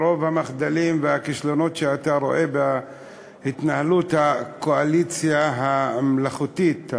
מרוב המחדלים והכישלונות שאתה רואה בהתנהלות הקואליציה המלאכותית,